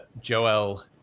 Joel